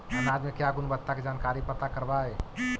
अनाज मे क्या गुणवत्ता के जानकारी पता करबाय?